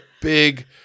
big